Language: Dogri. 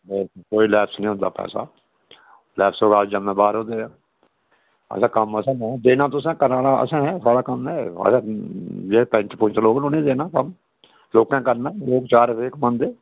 कोई लेप्स नेईं होंदा पैसा लेप्स होऐ तां अस जिम्मेबार होंदे हां कम्म देना तुसें कराना असें असें अग्गै जेह्ड़े पैंच पुंच लोग ना उ'नेंगी देना कम्म लोकें करना लोक चार पैसे कमांदे